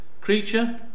creature